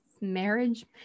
marriage